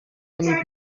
ani